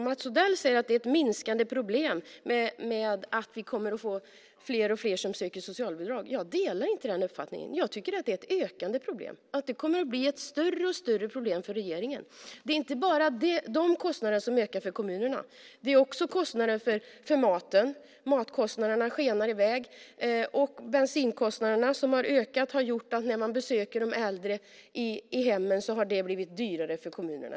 Mats Odell säger att det är ett minskande problem med att vi kommer att få fler och fler som söker socialbidrag. Jag delar inte den uppfattningen. Jag tycker att det är ett ökande problem och att det kommer att bli ett större och större problem för regeringen. Det är inte bara de kostnaderna som ökar för kommunerna. Det är också kostnaderna för maten. Matkostnaderna skenar iväg. Bensinkostnaderna har ökat, vilket har gjort att det har blivit dyrare för kommunerna med besök i hemmen hos äldre.